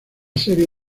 serie